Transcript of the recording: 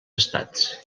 estats